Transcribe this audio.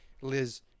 Liz